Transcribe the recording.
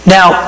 Now